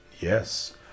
Yes